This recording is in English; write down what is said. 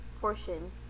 portion